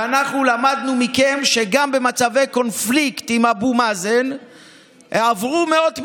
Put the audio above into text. ואנחנו למדנו מכם שגם במצבי קונפליקט עם אבו מאזן עברו מאות מיליונים,